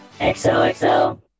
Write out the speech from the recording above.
XOXO